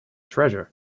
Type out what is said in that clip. treasure